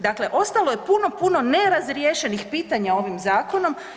Dakle, ostalo je puno, puno nerazriješenih pitanja ovim zakonom.